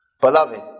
Beloved